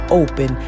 open